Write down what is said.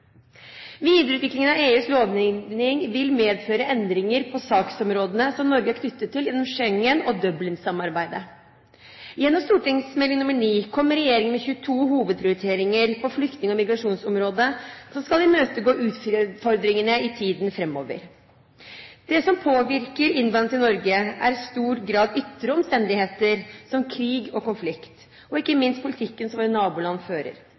er knyttet til gjennom Schengen- og Dublin-samarbeidet. Gjennom Meld. St. 9 for 2009–2010 kommer regjeringen med 22 hovedprioriteringer på flyktning- og migrasjonsområdet for å komme utfordringene i møte i tiden framover. Det som påvirker innvandring til Norge, er i stor grad ytre omstendigheter som krig og konflikt, og ikke minst politikken som våre naboland fører.